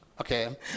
Okay